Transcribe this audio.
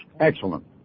Excellent